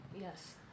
Yes